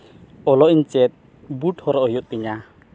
ᱚᱞᱚᱜ ᱤᱧ ᱪᱮᱫ ᱵᱩᱴ ᱦᱚᱨᱚᱜ ᱦᱩᱭᱩᱜ ᱛᱤᱧᱟ